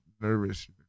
nervous